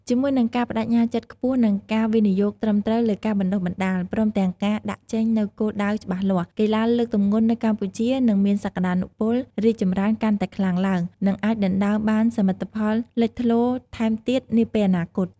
ជាមួយនឹងការប្តេជ្ញាចិត្តខ្ពស់ និងការវិនិយោគត្រឹមត្រូវលើការបណ្តុះបណ្តាល ព្រមទាំងការដាក់ចេញនូវគោលដៅច្បាស់លាស់ កីឡាលើកទម្ងន់នៅកម្ពុជានឹងមានសក្តានុពលរីកចម្រើនកាន់តែខ្លាំងឡើង និងអាចដណ្តើមបានសមិទ្ធផលលេចធ្លោថែមទៀតនាពេលអនាគត។